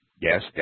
Yes